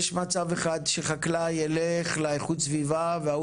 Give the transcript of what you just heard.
אבל יש מצב אחד שחקלאי ילך לאיכות סביבה וההוא